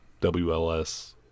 WLS